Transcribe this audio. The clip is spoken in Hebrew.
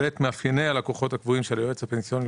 מאפייני הלקוחות הקבועים של היועץ הפנסיוני,